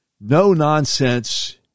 no-nonsense